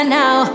now